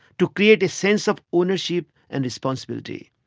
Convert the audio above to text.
to create a sense of ownership and responsibility.